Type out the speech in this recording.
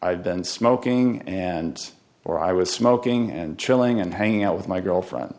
i've been smoking and or i was smoking and chilling and hanging out with my girlfriend